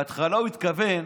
בהתחלה הוא התכוון